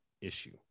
issue